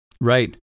Right